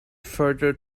further